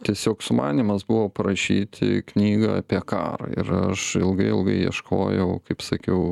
tiesiog sumanymas buvo parašyti knygą apie karą ir aš ilgai ilgai ieškojau kaip sakiau